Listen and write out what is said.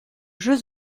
jeux